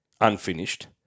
unfinished